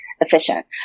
efficient